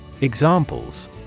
Examples